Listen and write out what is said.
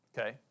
Okay